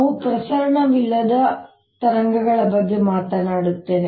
ನಾನು ಪ್ರಸರಣವಿಲ್ಲದ ಅಲೆಗಳ ಬಗ್ಗೆ ಮಾತನಾಡುತ್ತೇನೆ